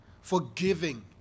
forgiving